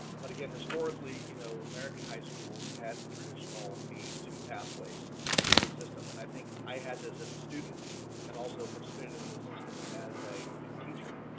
but again, historically you know american high schools had traditional, a two pathways sort of system. and i think i had this as a student and also participating in this system as a a teacher.